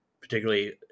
particularly